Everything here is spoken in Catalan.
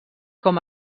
com